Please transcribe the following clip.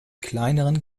kleineren